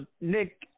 Nick